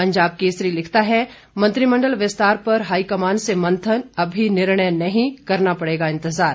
पंजाब केसरी लिखता है मंत्रिमंडल विस्तार पर हाईकमान से मंथन अभी निर्णय नहीं करना पड़ेगा इंतजार